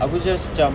aku just cam